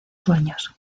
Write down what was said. sueños